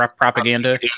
propaganda